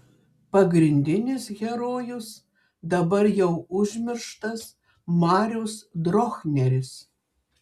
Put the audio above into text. pagrindinis herojus dabar jau užmirštas marius drochneris